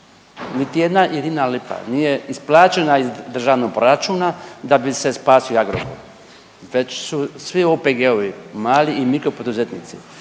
jedna jedina lipa nije isplaćena iz državnog proračuna da bi se spasio Agrokor, već su svi OPG-ovi, mali i mikro poduzetnici